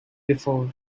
before